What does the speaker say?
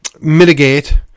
mitigate